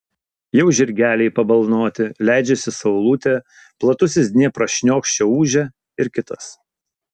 jau žirgeliai pabalnoti leidžiasi saulutė platusis dniepras šniokščia ūžia ir kitas